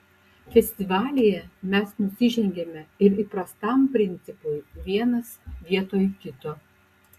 festivalyje mes nusižengiame ir įprastam principui vienas vietoj kito